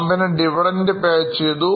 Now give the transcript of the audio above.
കമ്പനിdividend pay ചെയ്തു